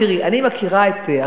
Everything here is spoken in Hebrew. תראי, אני מכירה את זה.